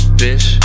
bitch